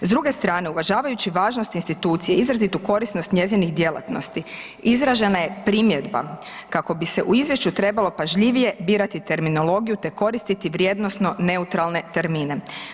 S druge strane, uvažavajući važnost institucije, izrazitu korisnost njezinih djelatnosti, izražena je primjedba kako bi se u izvješću trebalo pažljivije birati terminologiju te koristiti vrijednosno neutralne termine.